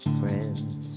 friends